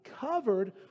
covered